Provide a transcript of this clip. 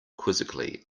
quizzically